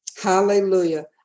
Hallelujah